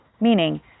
Meaning